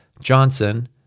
Johnson